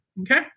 Okay